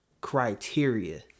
criteria